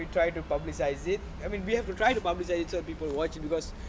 we try to publicise it I mean we have to try and publicise it so that people will watch it because